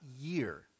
year